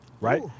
right